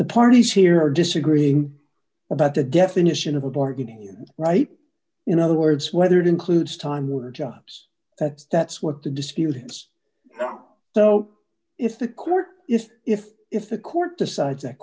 the parties here are disagreeing about the definition of a bargaining and right in other words whether it includes time were jobs that that's what the dispute is not so if the court if if if the court decides that